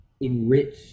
enrich